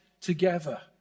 together